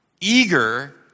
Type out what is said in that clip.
eager